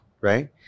Right